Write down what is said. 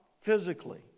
physically